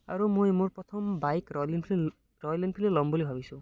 আৰু মই মোৰ প্ৰথম bike Royal Enfield Royal Enfield লম বুলি ভাবিছোঁ